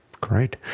Great